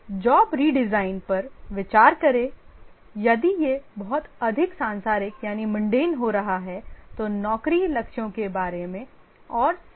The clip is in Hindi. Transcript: जॉब रिडिजाइन पर विचार करें यदि यह बहुत अधिक सांसारिक हो रहा है तो नौकरी लक्ष्यों के बारे में और सबसे